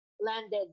landed